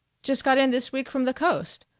just got in this week from the coast.